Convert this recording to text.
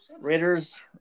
Raiders